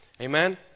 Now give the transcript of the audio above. Amen